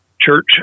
church